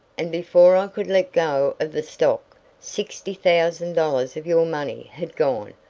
and before i could let go of the stock sixty thousand dollars of your money had gone.